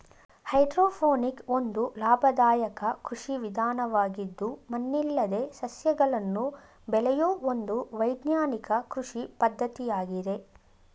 hydroponic ಒಂದು ಲಾಭದಾಯಕ ಕೃಷಿ ವಿಧಾನವಾಗಿದ್ದು ಮಣ್ಣಿಲ್ಲದೆ ಸಸ್ಯಗಳನ್ನು ಬೆಳೆಯೂ ಒಂದು ವೈಜ್ಞಾನಿಕ ಕೃಷಿ ಪದ್ಧತಿಯಾಗಿದೆ